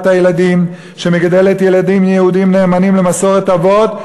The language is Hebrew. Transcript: הילדים שמגדלת ילדים יהודים נאמנים למסורת אבות,